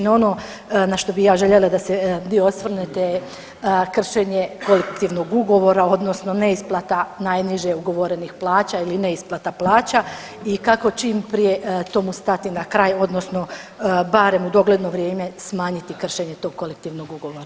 Na ono na što bi ja željela da se na jedan dio osvrnete je kršenje kolektivnog ugovora odnosno neisplata najniže ugovorenih plaća ili neisplata plaća i kako čim prije tomu stati na kraj odnosno barem u dogledno vrijeme smanjiti kršenje tog kolektivnog ugovora?